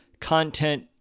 content